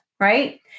right